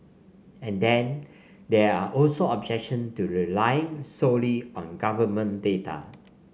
and then there are also objection to relying solely on government data